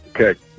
Okay